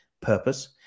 purpose